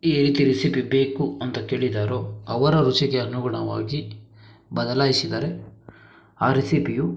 ಈ ರೀತಿ ರೆಸಿಪಿ ಬೇಕು ಅಂತ ಕೇಳಿದ್ದಾರೋ ಅವರ ರುಚಿಗೆ ಅನುಗುಣವಾಗಿ ಬದಲಾಯಿಸಿದರೆ ಆ ರೆಸಿಪಿಯು